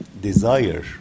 desire